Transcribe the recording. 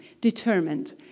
determined